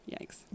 yikes